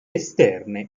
esterne